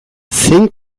zein